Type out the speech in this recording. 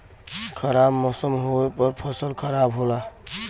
खराब मौसम होवे पर फसल खराब होला